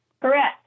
Correct